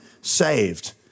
saved